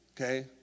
okay